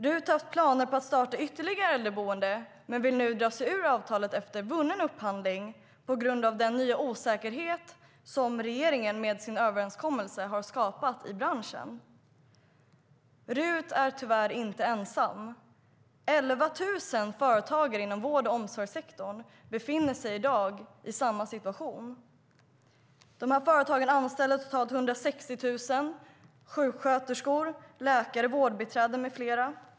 Ruth har haft planer på att starta ytterligare ett äldreboende men vill nu dra sig ur avtalet efter vunnen upphandling på grund av den nya osäkerhet i branschen som regeringen har skapat med sin överenskommelse. Ruth är tyvärr inte ensam. 11 000 företagare i vård och omsorgssektorn befinner sig i samma situation. Dessa företag anställer totalt 160 000 sjuksköterskor, läkare, vårdbiträden med flera.